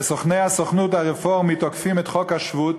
וסוכני הסוכנות הרפורמית תוקפים את חוק השבות,